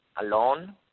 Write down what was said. alone